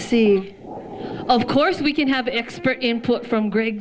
see of course we can have expert input from greg